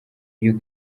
iyo